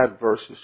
versus